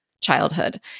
childhood